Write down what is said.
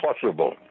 possible